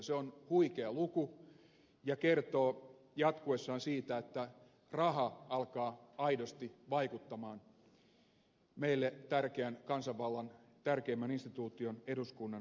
se on huikea luku ja kertoo jatkuessaan siitä että raha alkaa aidosti vaikuttaa meille tärkeän kansanvallan tärkeimmän instituution eduskunnan toiminnassa